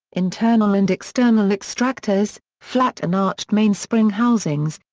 internal and external extractors, flat and arched mainspring housings,